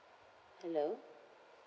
hello